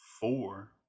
four